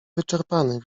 wyczerpany